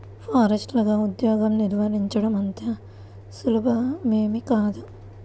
ఫారెస్టర్లగా ఉద్యోగం నిర్వహించడం అంత సులభమేమీ కాదు